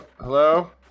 hello